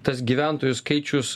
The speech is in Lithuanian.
tas gyventojų skaičius